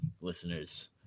listeners